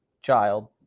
child